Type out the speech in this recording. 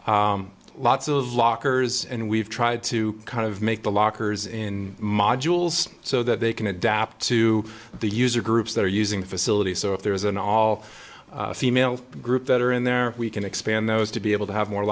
lots of lockers and we've tried to kind of make the lockers in modules so that they can adapt to the user groups that are using the facilities so if there is an all female group that are in there we can expand those to be able to have more